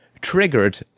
triggered